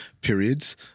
periods